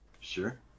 Sure